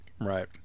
right